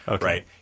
right